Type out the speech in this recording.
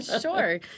Sure